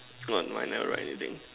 no I never write anything